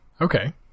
okay